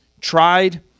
tried